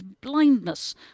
blindness